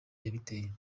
yabiteye